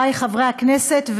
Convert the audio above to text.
חברי חברי הכנסת,